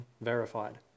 verified